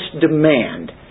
demand